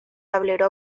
tablero